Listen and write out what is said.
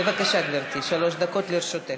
בבקשה גברתי, שלוש דקות לרשותך.